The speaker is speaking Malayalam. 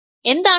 എന്താണ് Φ